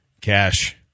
Cash